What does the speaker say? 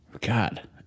God